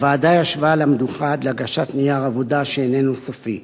הוועדה ישבה על המדוכה עד להגשת נייר עבודה שאיננו סופי.